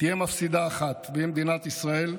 תהיה מפסידה אחת והיא מדינת ישראל,